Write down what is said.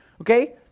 okay